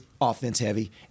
offense-heavy